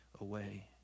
away